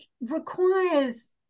requires